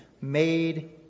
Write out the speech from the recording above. made